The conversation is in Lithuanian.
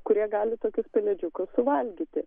kurie gali tokius pelėdžiukus suvalgyti